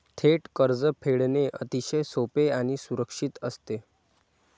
थेट कर्ज फेडणे अतिशय सोपे आणि सुरक्षित असते